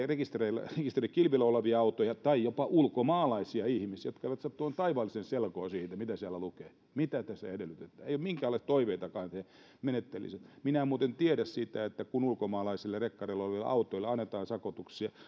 rekisterikilvillä rekisterikilvillä olevia autoja tai jopa ulkomaalaisia ihmisiä jotka eivät saa tuon taivaallisen selkoa siitä mitä siellä lukee mitä tässä edellytetään ei ole minkäänlaisia toiveitakaan että he menettelisivät oikein minä en muuten tiedä sitä että kun ulkomaalaisilla rekkareilla oleville autoille annetaan